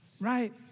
right